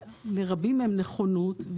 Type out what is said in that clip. לרבים מהם נכונות,